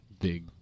big